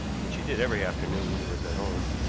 which she did every afternoon when he was at home.